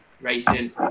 racing